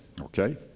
okay